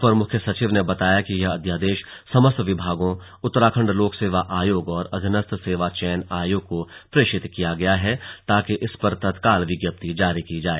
अपर मुख्य सचिव ने बताया कि यह अध्यादेश समस्त विभागों उत्तराखण्ड लोक सेवा आयोग और अधीनस्थ सेवा चयन आयोग को प्रेषित किया गया है ताकि इस पर तत्काल विज्ञप्ति जारी जाए